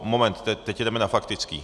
Moment, teď jedeme na faktické!